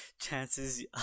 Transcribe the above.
chances